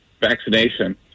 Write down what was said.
vaccination